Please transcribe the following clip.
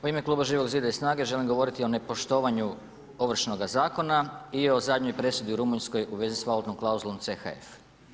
U ime kluba Živog zida i SNAGA-e želim govoriti o nepoštovanju Ovršnoga zakona i o zadnjoj presudi u Rumunjskoj u vezi s valutnom klauzulom CHF.